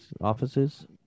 offices